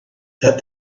that